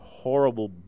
horrible